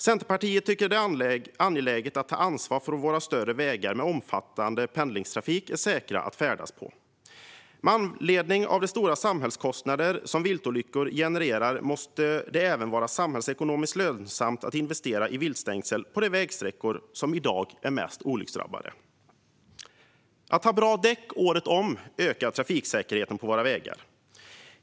Centerpartiet tycker att det är angeläget att ta ansvar för att våra större vägar med omfattande pendlingstrafik är säkra att färdas på. Med anledning av de stora samhällskostnader som viltolyckor genererar måste det även vara samhällsekonomiskt lönsamt att investera i viltstängsel på de vägsträckor som i dag är mest olycksdrabbade. Att ha bra däck året om ökar trafiksäkerheten på våra vägar.